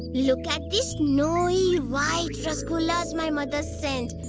look at these snowy white rasagullas my mother's sent!